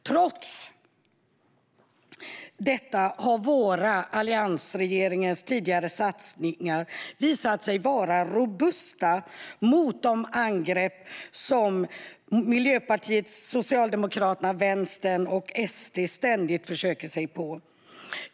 Trots detta har våra alliansregeringars tidigare satsningar visat sig vara robusta mot de angrepp som Miljöpartiet, Socialdemokraterna, Vänstern och Sverigedemokraterna ständigt försöker sig på.